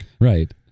Right